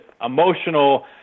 emotional